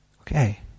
okay